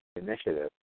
initiative